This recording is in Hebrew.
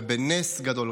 ובנס גדול,